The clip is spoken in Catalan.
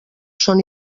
són